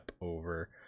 over